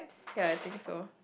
ya I think so